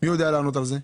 מי יודע לענות לי על זה?